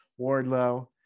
Wardlow